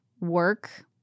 work